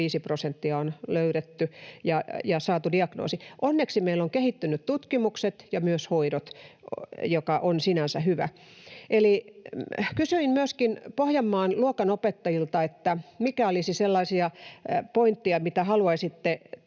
5 prosenttia on löydetty ja saatu diagnoosi. Onneksi meillä ovat kehittyneet tutkimukset ja myös hoidot, mikä on sinänsä hyvä. Kysyin myöskin Pohjanmaan luokanopettajilta, mitkä olisivat sellaisia pointteja, mitä haluaisitte